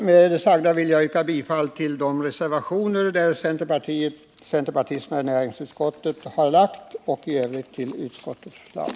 Med det sagda yrkar jag bifall till reservationerna av centerpartisterna i näringsutskottet och i övrigt till utskottets hemställan.